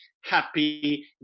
happy